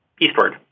eastward